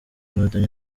inkotanyi